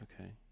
okay